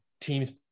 teams